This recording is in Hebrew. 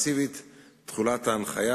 נכון.